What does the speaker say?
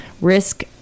risk